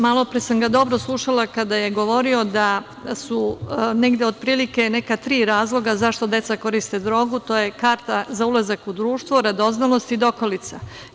Malopre sam ga dobro slušala kada je govorio da su negde otprilike neka tri razloga zašto deca koriste drogu, to je karta za ulazak u društvo, radoznalost, dokolica.